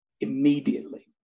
immediately